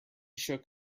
shook